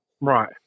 Right